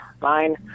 fine